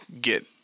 get –